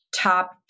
top